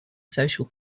social